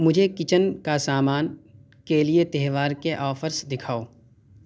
مجھے کچن کا سامان کے لیے تہوار کے آفرز دکھاؤ